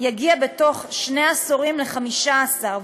יגיע בתוך שני עשורים ל-15%,